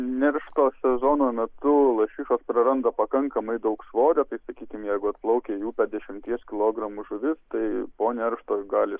neršto sezono metu lašišos praranda pakankamai daug svorio tai sakykim jeigu atplaukia jų dešimties kilogramų žuvis tai po neršto gali